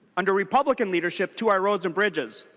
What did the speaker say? and republican leadership to our roads and bridges.